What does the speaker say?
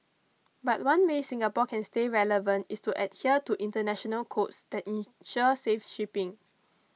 but one way Singapore can stay relevant is to adhere to international codes that ensure safe shipping